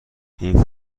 این